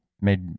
made